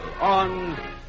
on